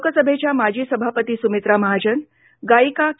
लोकसभेच्या माजी सभापती सुमित्रा महाजन गायिका के